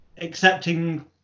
accepting